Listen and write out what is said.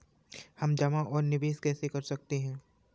हम जमा और निवेश कैसे कर सकते हैं?